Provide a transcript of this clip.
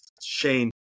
shane